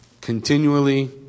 Continually